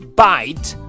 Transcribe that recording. bite